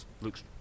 looks